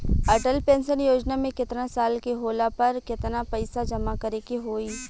Atal pension Yojana मे केतना साल के होला पर केतना पईसा जमा करे के होई?